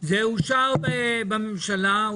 זה אושר בממשלה.